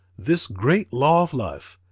this great law of life,